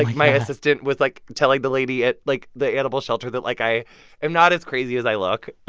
my assistant was, like, telling the lady at, like, the animal shelter that, like, i am not as crazy as i look